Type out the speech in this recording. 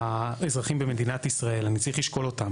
האזרחים במדינת ישראל, אני צריך לשקול אותם.